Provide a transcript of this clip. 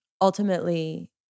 Ultimately